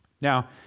Now